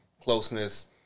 closeness